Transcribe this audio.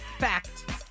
Fact